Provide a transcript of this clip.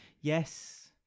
Yes